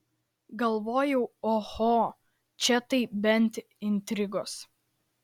galvojau oho čia tai bent intrigos